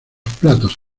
platos